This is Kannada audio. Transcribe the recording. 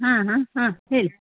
ಹಾಂ ಹಾಂ ಹಾಂ ಹೇಳಿ